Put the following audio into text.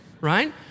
right